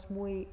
muy